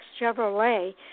chevrolet